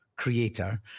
creator